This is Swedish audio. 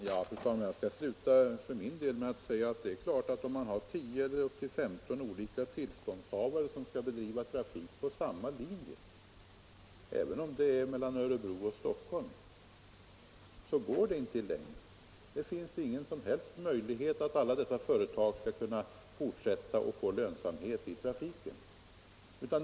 Fru talman! Jag skall för min del sluta med att säga att om I0 eller LL 15 olika tillståndshavare skall bedriva trafik på samma linje, även om Om ökad konkurdet är mellan Örebro och Stockholm, går det inte i längden. Det finns rens inom charteringen möjlighet för alla dessa företag att fortsätta och få lönsamhet i = bussoch linjebusstrafiken.